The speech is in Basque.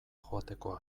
joateko